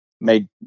made